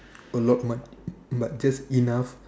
a lot but but just enough